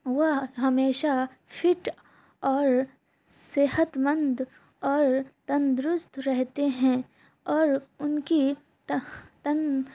وہ ہمیشہ فٹ اور صحت مند اور تندرست رہتے ہیں اور ان کی تن